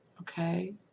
Okay